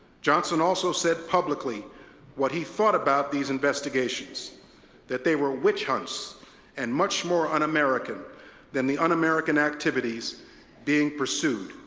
johnson also said publicly what he thought about these investigations that they were witch hunts and much more un-american than the un-american activities being pursued.